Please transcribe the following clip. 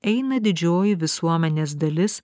eina didžioji visuomenės dalis